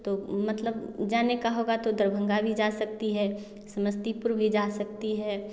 तो मतलब जाने का होगा भी तो दरभंगा भी जा सकती हैं समस्तीपुर भी जा सकती हैं